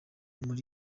muri